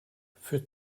für